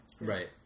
Right